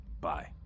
bye